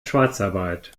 schwarzarbeit